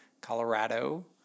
Colorado